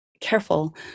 careful